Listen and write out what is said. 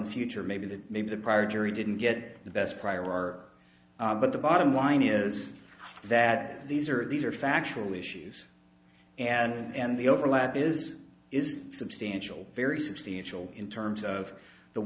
future maybe that maybe the prior jury didn't get the best prior are but the bottom line is that these are these are factual issues and the overlap is is substantial very substantial in terms of the